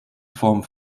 form